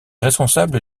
responsable